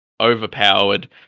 overpowered